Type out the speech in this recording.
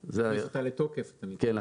להכניס אותה לתוקף אתה מתכוון.